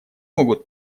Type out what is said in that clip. могут